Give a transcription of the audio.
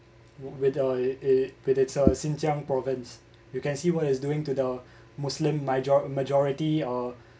with a with its xinjiang province you can see what it's doing to the muslim majo~ majority uh